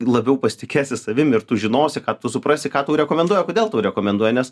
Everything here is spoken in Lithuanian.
labiau pasitikėsi savim ir tu žinosi ką tu suprasi ką rekomenduoja kodėl tau rekomenduoja nes